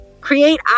create